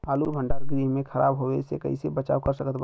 आलू भंडार गृह में खराब होवे से कइसे बचाव कर सकत बानी?